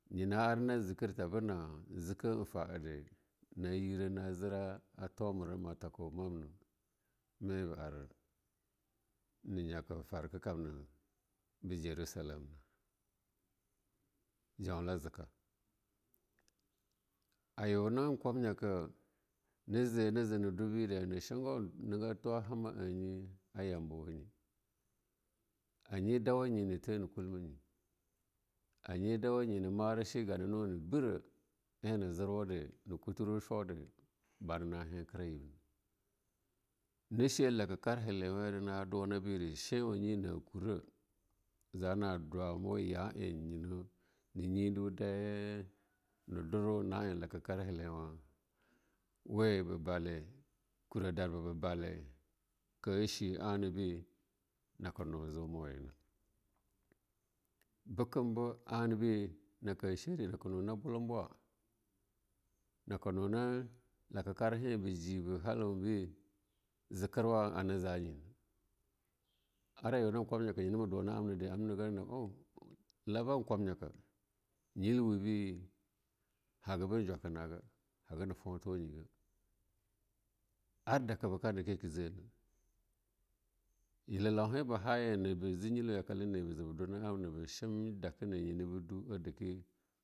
Nyina ar na jekena na jekan an ta'ade, na yira na jira a tomar maltako mamna me ba ar nga nyaka farka kannana be Jaruselem na jaula zika. Ayuna kwammaka na je neje nadwabebida hana shengo nega tuwa hama-ehnye a yambawa nyi any dawa na the nakulmanyi, a nyi dawayi, na mara ganano-anbara ena jiwude bana mara yibna. Ma sha hakarkar helewaya nana dunabirdi shen wanyi na kura zana dauamu ya eh na yidu daiye na duwu hakarkar helewa wa kura darba ba balena - na duwu hakarkar helewa we ba bala kura darba ba bala ka she ana be naka nu zomawenye. Bekam be ana be naka she de naka nuna balamba naka nuna lakakar ha he ba jiba halan be zikirwa hana zanyina. Ar ayu nan kwam nya ka nyina ma dina nyina han a janyiri ab nega na at laban kwammmyaka hagan jukena a ga haga na futa wayinyiga, ar daka bekana ke ka zina, yelelauhahe ba haya yina be je nyilwa yakace na yeba je ba dwa nyilibe je-ba je ba shem dakane nyina ba dua dake.